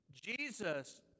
Jesus